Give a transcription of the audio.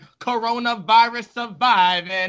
coronavirus-surviving